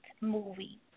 movie